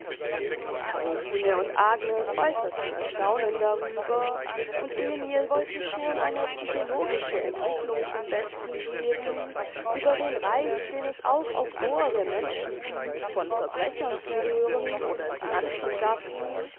caroline und agnes äußerten erstaunen darüber und emil wollte schon eine psychologische entwickelung zum besten geben über den reiz den es auch auf rohere menschen übt von verbrechern zu hören oder sie anzugaffen